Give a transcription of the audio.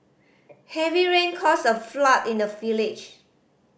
heavy rain caused a flood in the village